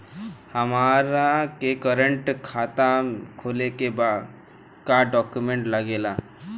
हमारा के करेंट खाता खोले के बा का डॉक्यूमेंट लागेला?